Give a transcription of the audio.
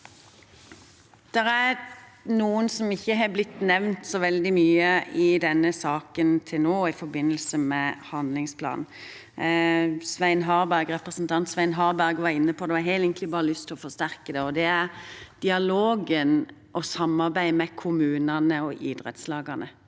Det er noe som til nå ikke har blitt nevnt så veldig mye i denne saken, i forbindelse med handlingsplanen. Representanten Svein Harberg var inne på det, og jeg har egentlig bare lyst til å forsterke det. Det er dialogen og samarbeidet med kommunene og idrettslagene.